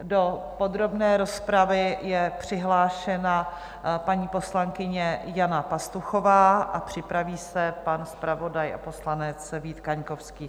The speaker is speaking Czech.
Do podrobné rozpravy je přihlášena paní poslankyně Jana Pastuchová a připraví se pan zpravodaj a poslanec Vít Kaňkovský.